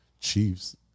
chiefs